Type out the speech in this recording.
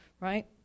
right